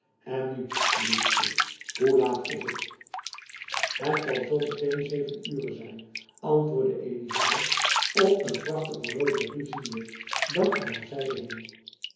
en nu liefste hoe laat is het het zal zoo met-een zeven ure zijn antwoordde elizabeth op een prachtig horologie ziende dat aan haar